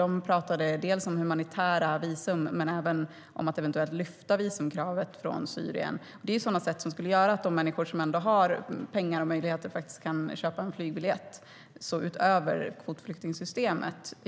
De pratade dels om humanitära visum, dels om att eventuellt lyfta bort visumkravet från Syrien. Det är sådant som skulle göra att människor som har pengar och möjligheter faktiskt kan köpa en flygbiljett, utöver kvotflyktingsystemet.